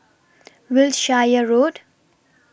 Wiltshire Road